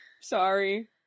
Sorry